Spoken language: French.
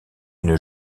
une